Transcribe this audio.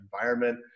environment